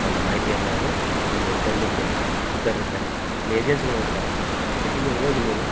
ಒಂದು ಮಾಹಿತಿಯನ್ನ ಅವರು ನಿಮಗೆ ಕೊಡಲಿಕ್ಕೆ ಸಿದ್ಧರಿರ್ತಾರೆ ಅಲ್ಲಿ ಏಜೆನ್ಸಿಗಳಿರ್ತಾರೆ ಅದ್ರ ಜೊತೆಗೆ ಹೋಗಿ ನೀವು